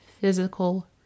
physical